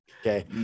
okay